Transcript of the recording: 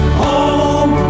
home